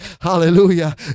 hallelujah